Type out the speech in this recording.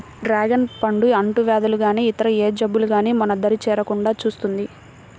dragon పండు అంటువ్యాధులు గానీ ఇతర ఏ జబ్బులు గానీ మన దరి చేరకుండా చూస్తుంది